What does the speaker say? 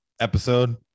episode